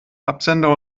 absender